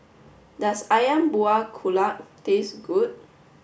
does Ayam Buah Keluak taste good